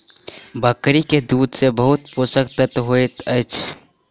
बकरी के दूध में बहुत पोषक तत्व होइत अछि